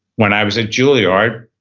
when i was at julliard,